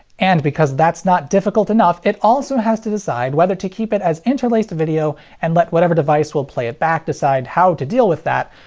and because that's not difficult enough, it also has to decide whether to keep it as interlaced video and let whatever device will play it back decide how to deal with that,